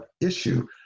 issue